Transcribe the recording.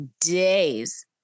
days